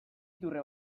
iturri